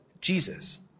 Jesus